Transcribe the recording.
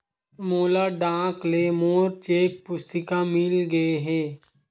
मोला डाक ले मोर चेक पुस्तिका मिल गे हे